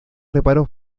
reparó